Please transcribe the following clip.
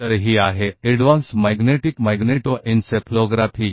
तो यह एडवांस चुंबकीय MAGENTO एन्सेफलाग्राफी है